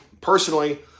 personally